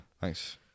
thanks